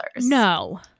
No